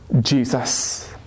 Jesus